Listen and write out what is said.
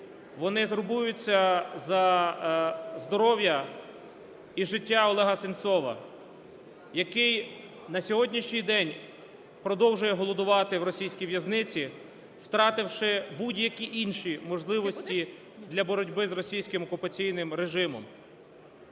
вони турбуються за здоров'я і життя Олега Сенцова, який на сьогоднішній день продовжує голодувати в російській в'язниці, втративши будь-які інші можливості для боротьби з російським окупаційним режимом.